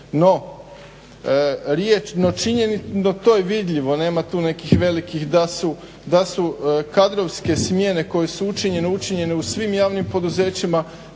no činjenicu, da to je vidljivo, nema tu nekih velikih, da su kadrovske smjene koje su učinjene, učinjene u svim javnim poduzećima